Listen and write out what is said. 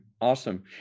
Awesome